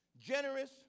generous